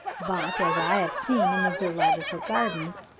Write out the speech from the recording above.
but, as i have seen in the zoological gardens,